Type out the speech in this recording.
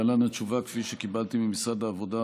להלן התשובה כפי שקיבלתי ממשרד העבודה,